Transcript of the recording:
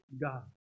God